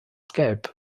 gelb